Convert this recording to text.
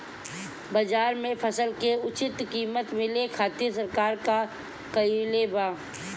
बाजार में फसल के उचित कीमत मिले खातिर सरकार का कईले बाऽ?